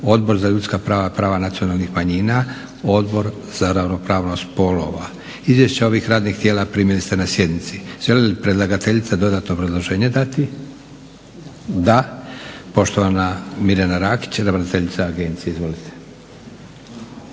Odbor za ljudska prava i prava nacionalnih manjina, Odbor za ravnopravnost spolova. Izvješća ovih radnih tijela primili ste na sjednici. Želi li predlagateljica dodatno obrazloženje dati? Da. Poštovana Mirjana Rakić, ravnateljica Agencije. Izvolite.